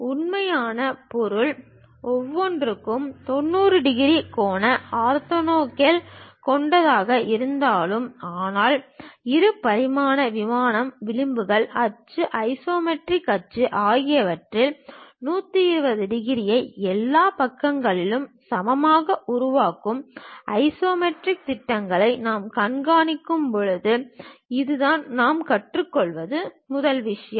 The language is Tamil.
உண்மையான பொருள் ஒருவருக்கொருவர் 90 டிகிரி கோண ஆர்த்தோகனல் கொண்டதாக இருந்தாலும் ஆனால் இரு பரிமாண விமானம் விளிம்புகள் அச்சு ஐசோமெட்ரிக் அச்சு ஆகியவற்றில் 120 டிகிரியை எல்லா பக்கங்களிலும் சமமாக உருவாக்கும் ஐசோமெட்ரிக் திட்டத்தை நாம் காண்பிக்கும் போது இதுதான் நாம் கற்றுக்கொள்வது முதல் விஷயம்